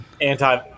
anti